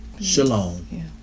Shalom